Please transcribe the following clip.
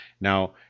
Now